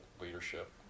leadership